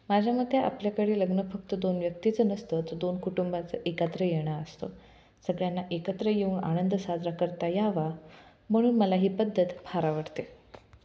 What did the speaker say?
माझ्या मते आपल्याकडे लग्न फक्त दोन व्यक्तीचं नसतं तरं दोन कुटुंबाचं एकत्र येणं असतं सगळ्यांना एकत्र येऊन आनंद साजरा करता यावा म्हणून मला ही पद्धत फार आवडते